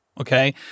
Okay